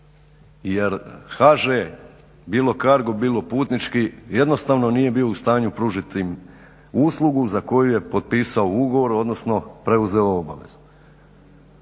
jer HŽ bilo Cargo, bilo Putnički jednostavno nije bio u stanju pružit im uslugu za koju je potpisao ugovor, odnosno preuzeo obavezu.